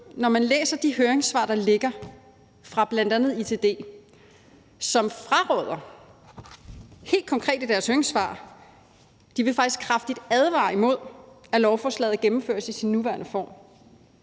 når man læser de høringssvar, der ligger fra bl.a. ITD, som helt konkret i deres høringssvar fraråder og faktisk advarer kraftigt imod, at lovforslaget vedtages i sin nuværende form,